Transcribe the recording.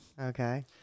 Okay